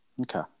okay